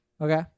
okay